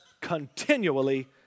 continually